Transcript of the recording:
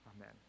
Amen